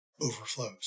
overflows